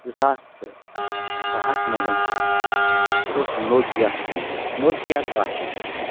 زٕ ساس تہٕ کَہَس منٛز سُہ اوس نوکِیا فون نوکِیا کاہ شیٚتھ اوس سُہ فون